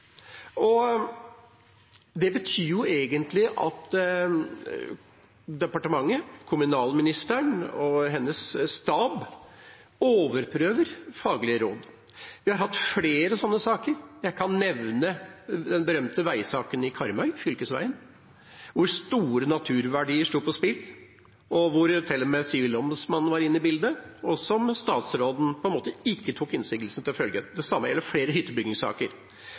Det betyr egentlig at departementet – kommunalministeren og hennes stab – overprøver faglige råd. Vi har hatt flere sånne saker. Jeg kan nevne den berømte fylkesveisaken i Karmøy, hvor store naturverdier sto på spill, og hvor til og med Sivilombudsmannen var inne i bildet – og der statsråden ikke tok innsigelsen til følge. Det samme gjelder flere hyttebyggingssaker.